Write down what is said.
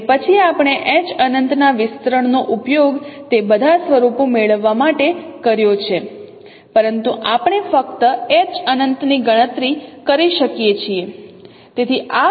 અને પછી આપણે H અનંતના વિસ્તરણનો ઉપયોગ તે બધા સ્વરૂપો મેળવવા માટે કર્યો છે પરંતુ આપણે ફક્ત H અનંતની ગણતરી કરી શકીએ છીએ